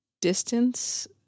distance